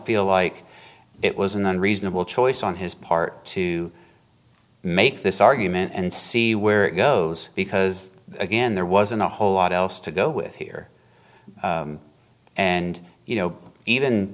feel like it was in the reasonable choice on his part to make this argument and see where it goes because again there wasn't a whole lot else to go with here and you know even